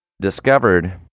discovered